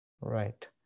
Right